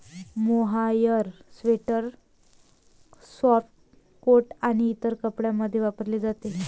mohair sweater, scarf, coat आणि इतर कपड्यांमध्ये वापरले जाते